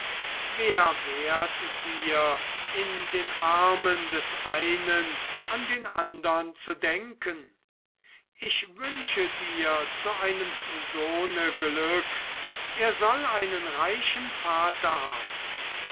wer wehrt dir in den armen des einen an den andern zu denken ich wünsche dir zu einem sohne glück er soll einen reichen vater haben